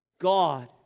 God